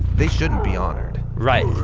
they shouldn't be honored! right!